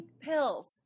pills